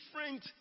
different